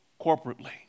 corporately